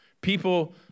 People